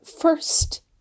first